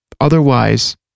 Otherwise